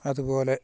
അതുപോലെ